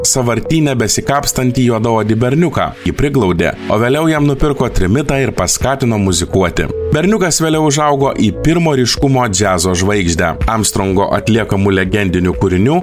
sąvartyne besikapstantį juodaodį berniuką jį priglaudė o vėliau jam nupirko trimitą ir paskatino muzikuoti berniukas vėliau užaugo į pirmo ryškumo džiazo žvaigždę armstrongo atliekamų legendinių kūrinių